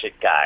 guy